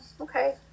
Okay